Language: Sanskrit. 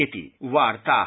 इति वार्ताः